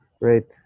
Right